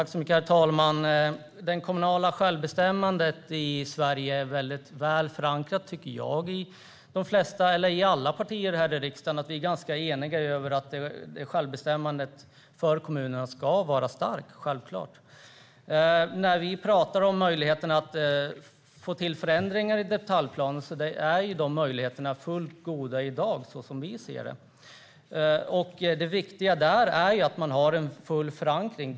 Herr talman! Det kommunala självbestämmandet i Sverige är väl förankrat. Alla partier här i riksdagen är ganska eniga om att det kommunala självbestämmandet ska vara starkt. Det är självklart. Som vi ser det är möjligheterna att få till förändringar i detaljplanen tillräckligt goda i dag. Det viktiga är att man har förankring.